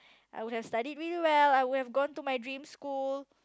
I would have studied really well I would have gone to my dream school